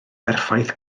berffaith